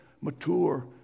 mature